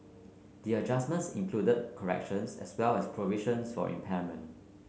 the adjustments included corrections as well as provisions for impairment